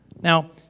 Now